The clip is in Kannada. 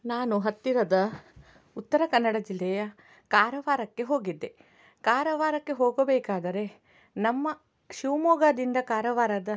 ನಾನು ಹತ್ತಿರದ ಉತ್ತರ ಕನ್ನಡ ಜಿಲ್ಲೆಯ ಕಾರವಾರಕ್ಕೆ ಹೋಗಿದ್ದೆ ಕಾರವಾರಕ್ಕೆ ಹೋಗಬೇಕಾದರೆ ನಮ್ಮ ಶಿವ್ಮೊಗ್ಗದಿಂದ ಕಾರವಾರದ